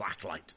blacklight